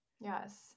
Yes